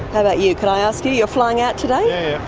about you? can i ask you you're flying out today? yeah,